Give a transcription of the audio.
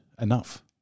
enough